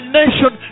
nation